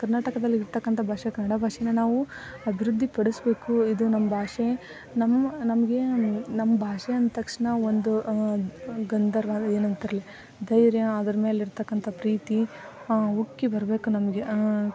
ಕರ್ನಾಟಕದಲ್ಲಿ ಇರತಕ್ಕಂಥ ಭಾಷೆ ಕನ್ನಡ ಭಾಷೇನ್ನ ನಾವು ಅಭಿವೃದ್ಧಿ ಪಡಿಸ್ಬೇಕು ಇದು ನಮ್ಮ ಭಾಷೆ ನಮ್ಮ ನಮಗೆ ನಮ್ಮ ಭಾಷೆ ಅಂದ ತಕ್ಷಣ ಒಂದು ಗಂಧರ್ವ ಅದು ಏನು ಅಂತಾರಲ್ಲ ಧೈರ್ಯ ಅದರ ಮೇಲೆ ಇರತಕ್ಕಂಥ ಪ್ರೀತಿ ಉಕ್ಕಿ ಬರಬೇಕು ನಮಗೆ